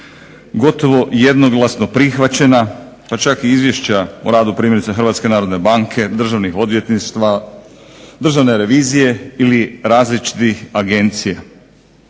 gotovo jednoglasno prihvaćena pa čak i Izvješća o radu primjerice HNB-a, državnih odvjetništava, državne revizije ili različitih agencija.